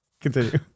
Continue